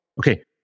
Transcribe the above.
Okay